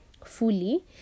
fully